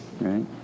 right